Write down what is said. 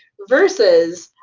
versus,